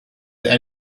there